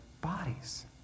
bodies